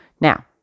Now